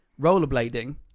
rollerblading